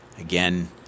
Again